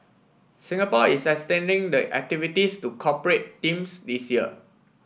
Singapore is extending the activities to corporate teams this year